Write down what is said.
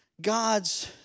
God's